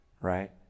Right